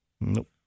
Nope